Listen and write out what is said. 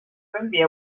分别